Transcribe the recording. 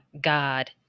God